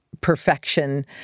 perfection